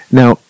now